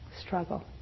struggle